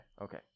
Okay